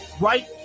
right